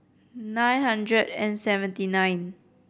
nine hundred and seventy nine